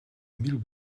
mil